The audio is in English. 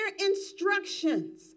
instructions